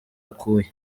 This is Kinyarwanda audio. akuya